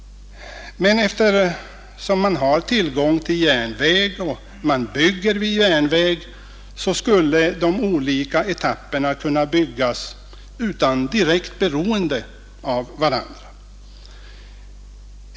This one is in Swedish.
Men eftersom man har tillgång till järnväg och man bygger vid järnväg skulle de olika etapperna kunna byggas utan direkt beroende av varandra.